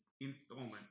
installment